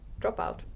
dropout